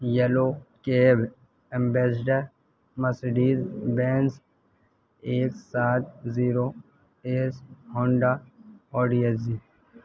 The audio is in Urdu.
yellow cab Ambassador Mercedes Benz ایک سات زیرو ایس ہونڈا آڈیزی